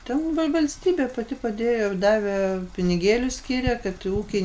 ten valstybė pati padėjo ir davė pinigėlių skyrė kad ūkiai